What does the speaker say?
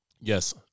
Yes